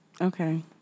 Okay